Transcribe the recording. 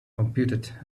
computed